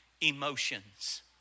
Emotions